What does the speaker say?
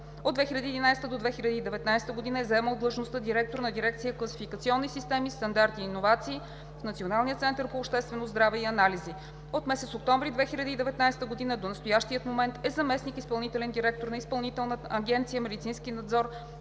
От 2011 г. до 2019 г. е заемал длъжността директор на Дирекция „Класификационни системи, стандарти и иновации“ в Националния център по обществено здраве и анализи. От месец октомври 2019 г. до настоящия момент е заместник изпълнителен директор на Изпълнителна агенция „Медицински надзор“